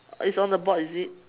is on the board is it